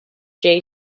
jay